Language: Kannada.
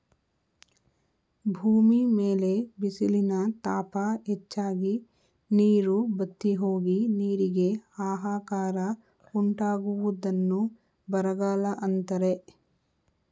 ಭೂಮಿ ಮೇಲೆ ಬಿಸಿಲಿನ ತಾಪ ಹೆಚ್ಚಾಗಿ, ನೀರು ಬತ್ತಿಹೋಗಿ, ನೀರಿಗೆ ಆಹಾಕಾರ ಉಂಟಾಗುವುದನ್ನು ಬರಗಾಲ ಅಂತರೆ